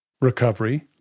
recovery